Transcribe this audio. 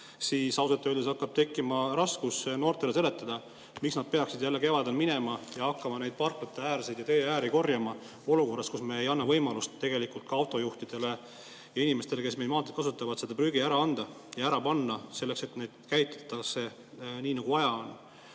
ausalt öeldes hakkab tekkima raskusi noortele seletada, miks nad peaksid jälle kevadel minema ja hakkama parklate ja teede äärest [prügi] korjama, olukorras, kus me ei anna võimalust ka autojuhtidele ja inimestele, kes maanteid kasutavad, seda prügi ära anda ja ära panna, selleks et seda käitataks nii, nagu vaja on.